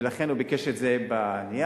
והוא ביקש את זה בנייר.